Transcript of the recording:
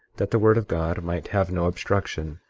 that the word of god might have no obstruction,